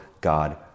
God